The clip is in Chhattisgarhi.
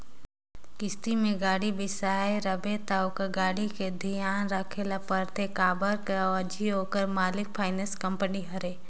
किस्ती में गाड़ी बिसाए रिबे त ओ गाड़ी के धियान राखे ल परथे के काबर कर अझी ओखर मालिक फाइनेंस कंपनी हरय